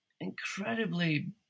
incredibly